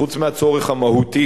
חוץ מהצורך המהותי,